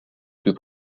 plus